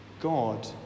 God